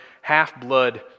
half-blood